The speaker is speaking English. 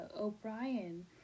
O'Brien